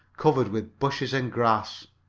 covered with bushes and grass.